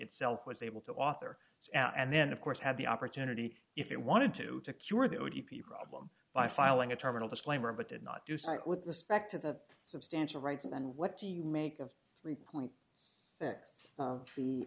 itself was able to author and then of course have the opportunity if it wanted to to cure the e p problem by filing a terminal disclaimer but did not do site with respect to the substantial rights then what do you make of